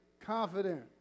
confident